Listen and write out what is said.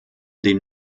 den